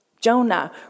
Jonah